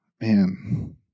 Man